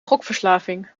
gokverslaving